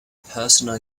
personal